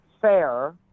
fair